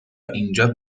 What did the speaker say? اینجا